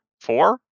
four